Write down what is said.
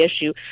issue